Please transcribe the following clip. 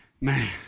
man